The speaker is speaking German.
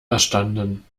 erstanden